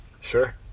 Sure